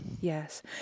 Yes